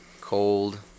cold